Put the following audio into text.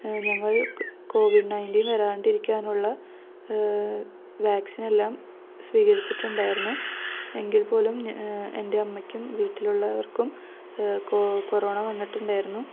ഞങ്ങൾക്ക് കോവിഡ്നയൻറ്റീൻ വരാണ്ടിരിക്കാനുള്ള വാക്സിനെല്ലാം സ്വീകരിച്ചിട്ടുണ്ടായിരുന്നു എങ്കിൽപ്പോലും എൻ്റെ അമ്മയ്ക്കും വീട്ടിലുള്ളവർക്കും കൊ കൊറോണ വന്നിട്ടുണ്ടായിരുന്നു